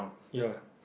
ya